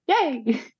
yay